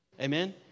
Amen